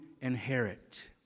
inherit